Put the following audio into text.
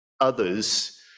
others